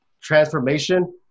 transformation